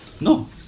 no